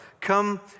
come